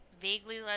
vaguely